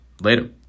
Later